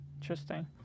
Interesting